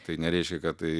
tai nereiškia kad tai